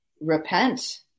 repent